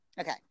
Okay